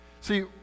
See